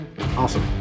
awesome